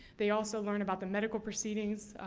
they also learn about the medical proceedings.